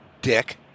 dick